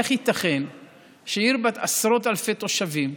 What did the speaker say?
איך ייתכן שעיר בת עשרות אלפי תושבים,